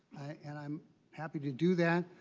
and i'm happy to do that.